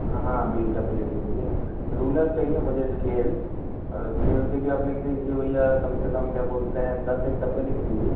हाँ हाँ बीस डब्बे लिख लीजिए रूलर चाहिए मुझे स्केल स्केल के लिए आप लिख लीजिए भैया कम से कम क्या बोलते हैं दस एक डब्बे लिख लीजिए